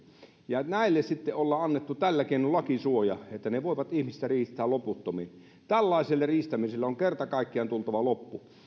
ja näille sitten ollaan annettu tällä keinoin lakisuoja että ne voivat ihmistä riistää loputtomiin tällaiselle riistämiselle on kerta kaikkiaan tultava loppu